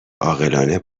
عاقلانه